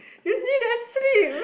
you see the sleep